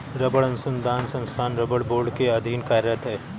रबड़ अनुसंधान संस्थान रबड़ बोर्ड के अधीन कार्यरत है